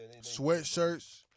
sweatshirts